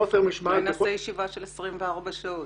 חוסר --- אולי נעשה ישיבה של 24 שעות.